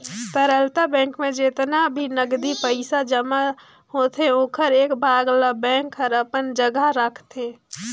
तरलता बेंक में जेतना भी नगदी पइसा जमा होथे ओखर एक भाग ल बेंक हर अपन जघा राखतें